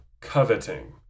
coveting